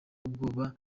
ubwoba